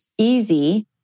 easy